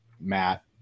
Matt